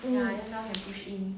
mm